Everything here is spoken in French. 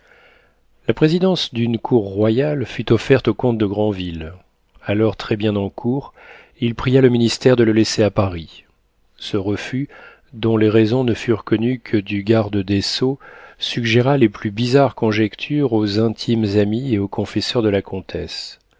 la présidence d'une cour royale fut offerte au comte de granville alors très-bien en cour il pria le ministère de le laisser à paris ce refus dont les raisons ne furent connues que du garde des sceaux suggéra les plus bizarres conjectures aux intimes amies et au confesseur de la comtesse